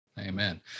Amen